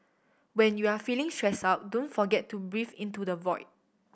when you are feeling stressed out don't forget to breathe into the void